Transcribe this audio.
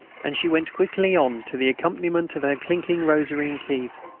and she went quickly on to the accompaniment of her clinking rosary and keys.